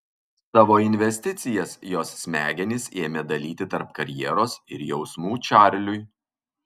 savo investicijas jos smegenys ėmė dalyti tarp karjeros ir jausmų čarliui